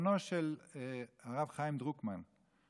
חתנו של הרב חיים דרוקמן,